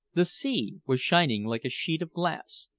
the sea was shining like a sheet of glass,